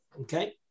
Okay